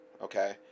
okay